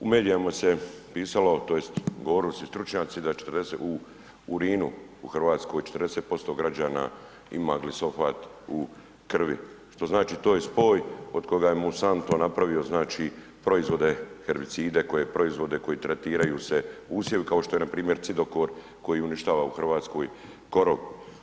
U medijima se pisalo, tj. govorilo se stručnjaci da u urinu u Hrvatskoj 40% građana ima glisofat u krvi, što znači da je spoj od koga je Monsanto napravio znači proizvode, herbicide koje je proizvode koji tretiraju se usjevi, kao što je npr. cidokor koji uništava u Hrvatskoj korov.